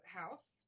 house